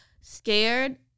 scared